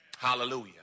Hallelujah